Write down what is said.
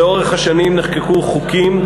שלאורך השנים נחקקו חוקים,